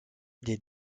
les